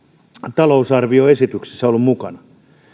talousarvioesityksessämme ollut mukana